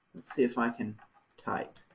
see if i can type,